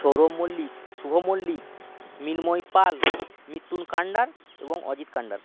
সৌরভ মল্লিক শুভ মল্লিক মিন্ময় পাল মিত্যুন কান্ডার এবং অজিত কান্ডার